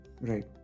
Right